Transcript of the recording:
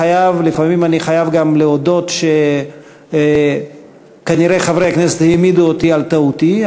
לפעמים אני חייב גם להודות שכנראה חברי הכנסת העמידו אותי על טעותי,